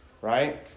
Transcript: right